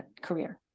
career